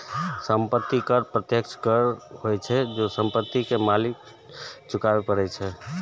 संपत्ति कर प्रत्यक्ष कर होइ छै, जे संपत्ति के मालिक चुकाबै छै